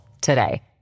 today